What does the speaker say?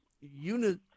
unit